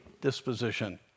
disposition